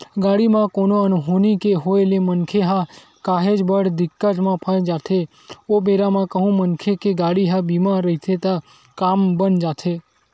गाड़ी म कोनो अनहोनी के होय ले मनखे ह काहेच बड़ दिक्कत म फस जाथे ओ बेरा म कहूँ मनखे के गाड़ी ह बीमा रहिथे त काम बन जाथे